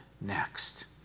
next